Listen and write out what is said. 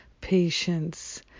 patience